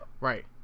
Right